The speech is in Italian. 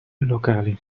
locali